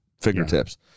fingertips